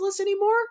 anymore